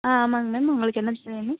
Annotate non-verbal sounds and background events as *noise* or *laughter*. ஆ ஆமாங்க மேம் உங்களுக்கு என்ன *unintelligible* வேணும்